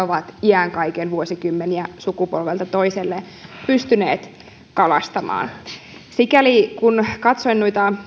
ovat iän kaiken vuosikymmeniä sukupolvelta toiselle pystyneet kalastamaan kun katsoin